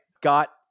got